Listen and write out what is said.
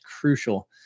crucial